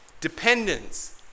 Dependence